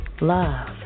love